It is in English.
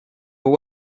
give